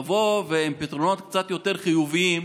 לבוא עם פתרונות קצת יותר חיוביים.